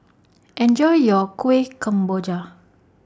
Enjoy your Kueh Kemboja